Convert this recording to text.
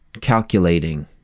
calculating